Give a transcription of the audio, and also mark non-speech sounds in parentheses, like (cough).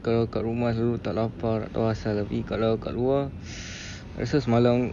kalau dekat rumah selalu tak lapar tak tahu apasal tapi kalau dekat luar (breath) rasa semalam